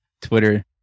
Twitter